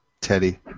Teddy